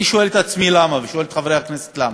אני שואל את עצמי למה ושואל את חברי הכנסת למה.